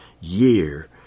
year